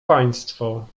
państwo